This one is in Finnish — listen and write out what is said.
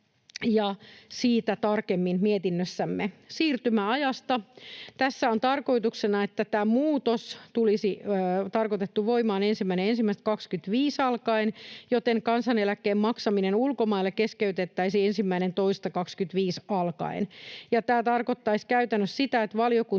siitä tarkemmin mietinnössämme. Siirtymäajasta: Tässä on tarkoituksena, että tämä muutos tulisi voimaan 1.1.25 alkaen, joten kansaneläkkeen maksaminen ulkomaille keskeytettäisiin 1.2.25 alkaen. Tämä tarkoittaisi käytännössä sitä, että valiokunta